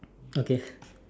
okay